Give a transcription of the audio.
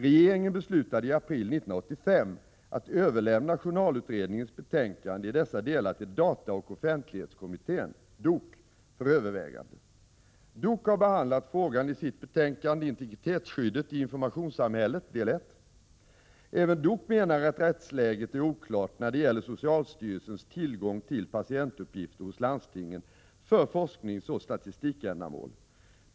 Regeringen beslutade i april 1985 att överlämna journalutredningens betänkande i dessa delar till dataoch offentlighetskommittén, DOK, för övervägande. DOK har behandlat frågan i sitt betänkande Integritetsskyddet i informationssamhället 1. Även DOK menar att rättsläget är oklart när det gäller socialstyrelsens tillgång till patientuppgifter hos landstingen för forskningsoch statistikändamål.